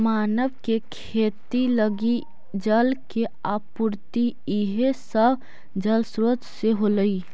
मानव के खेती लगी जल के आपूर्ति इहे सब जलस्रोत से होलइ